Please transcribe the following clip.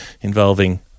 involving